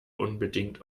unbedingt